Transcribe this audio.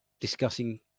discussing